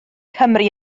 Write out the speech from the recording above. cymru